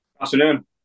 Afternoon